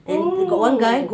oh